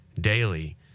daily